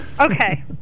Okay